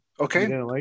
Okay